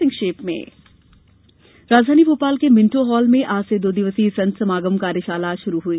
संत समागम राजधानी भोपाल के मिंटो हॉल में आज से दो दिवसीय संत समागम कार्यशाला शुरू हुई